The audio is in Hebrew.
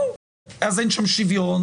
יש שוויון,